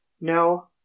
no